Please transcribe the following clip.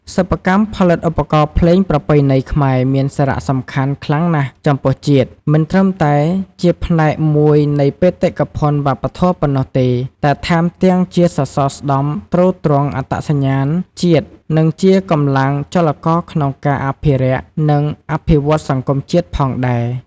សិប្បកម្មផលិតឧបករណ៍ភ្លេងប្រពៃណីខ្មែរមានសារៈសំខាន់ខ្លាំងណាស់ចំពោះជាតិ មិនត្រឹមតែជាផ្នែកមួយនៃបេតិកភណ្ឌវប្បធម៌ប៉ុណ្ណោះទេ តែថែមទាំងជាសសរស្តម្ភទ្រទ្រង់អត្តសញ្ញាណជាតិ និងជាកម្លាំងចលករក្នុងការអភិរក្ស និងអភិវឌ្ឍន៍សង្គមជាតិផងដែរ។